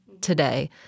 today